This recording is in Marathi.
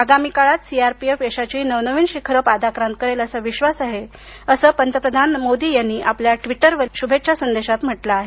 आगामी काळात सीआरपीएफ यशाची नवनवीन शिखरे पादाक्रांत करेल असा विश्वास आहे असे पंतप्रधान नरेंद्र मोदी यांनी आपल्या ट्विटरवरील शुभेच्छा संदेशात म्हटले आहे